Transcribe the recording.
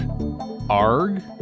Arg